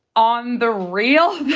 on the real,